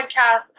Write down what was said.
podcast